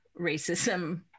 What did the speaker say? racism